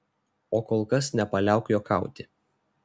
o kol kas nepaliauk juokauti